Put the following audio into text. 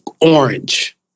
orange